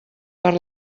per